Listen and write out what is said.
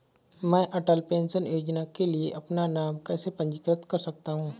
मैं अटल पेंशन योजना के लिए अपना नाम कैसे पंजीकृत कर सकता हूं?